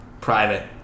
private